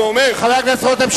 חבר הכנסת רותם,